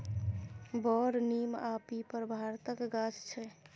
बर, नीम आ पीपर भारतक गाछ छै